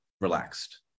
relaxed